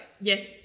Yes